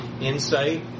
insight